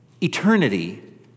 eternity